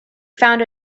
found